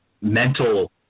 mental